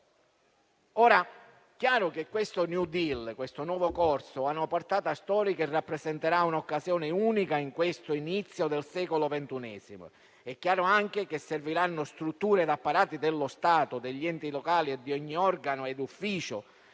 È chiaro che questo *new deal*,questo nuovo corso, ha una portata storica e rappresenterà un'occasione unica in questo inizio del XXI secolo. È altrettanto evidente che serviranno strutture e apparati dello Stato, degli enti locali e di ogni organo e ufficio